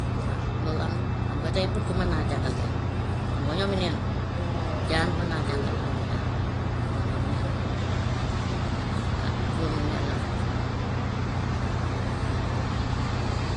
Waa loolu am na, xam nga tey bukki mën naa jàngal gaynde, du xam nga ñoomi neen la, jaan mën naa jàngal moromi jaanam moom ñoomi neen la ah ku wor moom yàllaa xam.